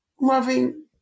loving